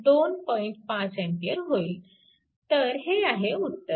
तर हे आहे उत्तर